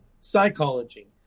psychology